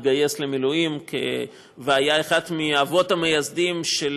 התגייס למילואים והיה אחד מהאבות המייסדים של